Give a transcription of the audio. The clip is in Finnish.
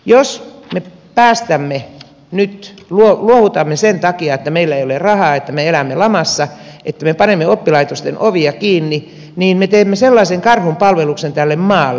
jos me luovutamme nyt sen takia että meillä ei ole rahaa että me elämme lamassa ja me panemme oppilaitosten ovia kiinni niin me teemme sellaisen karhunpalveluksen tälle maalle